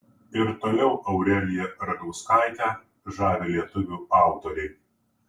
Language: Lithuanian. ir toliau aureliją ragauskaitę žavi lietuvių autoriai